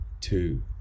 two